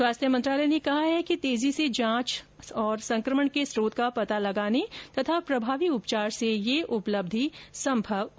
स्वास्थ्य मंत्रालय ने कहा है कि तेजी से जांच संक्रमण के स्त्रोत का पता लगाने और प्रभावी उपचार से यह उपलब्धि संभव हो सकी है